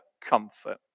comfort